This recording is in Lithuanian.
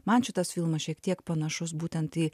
man šitas filmas šiek tiek panašus būtent į